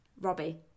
Robbie